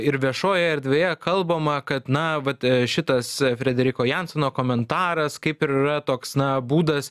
ir viešojoje erdvėje kalbama kad na vat šitas frederiko jansono komentaras kaip ir yra toks na būdas